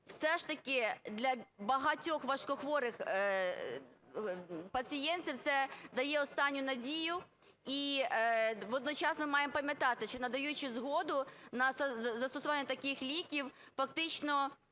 все ж таки для багатьох важкохворих пацієнтів це дає останню надію. І водночас ми маємо пам'ятати, що надаючи згоду на застосування таких ліків, фактично